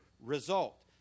result